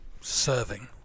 Serving